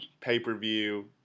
pay-per-view